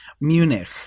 munich